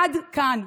עד כאן.